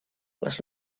les